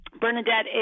Bernadette